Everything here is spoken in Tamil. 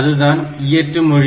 அதுதான் இயற்று மொழி